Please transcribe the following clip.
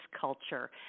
Culture